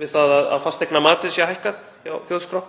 við það að fasteignamatið sé hækkað hjá Þjóðskrá.